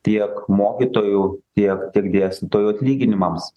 tiek mokytojų tiek tiek dėstytojų atlyginimams